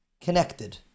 connected